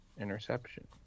interception